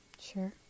Sure